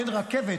בין רכבת,